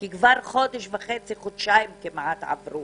כי כבר חודש וחצי או חודשיים כמעט עברו,